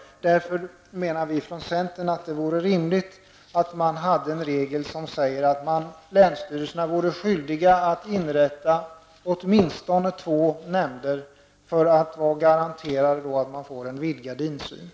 centern menar att det vore rimligt med en regel som innebär att länsstyrelserna är skyldiga att inrätta åtminstone två nämnder för att garantera en vidgad insyn.